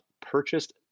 purchased